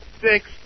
six